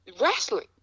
Wrestling